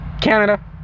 Canada